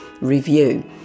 review